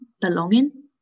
belonging